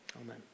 Amen